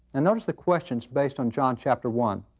and notice the questions based on john, chapter one.